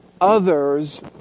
others